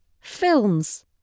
Films